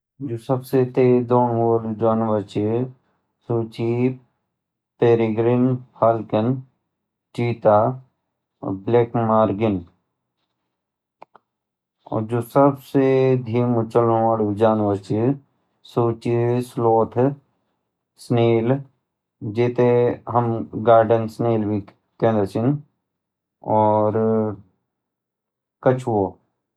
जो सबसे तेज़ जानवर चे सो च चीता और जो सबसे स्लो जानवर ची वो ची कछुआ